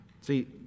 See